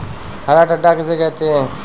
हरा टिड्डा किसे कहते हैं?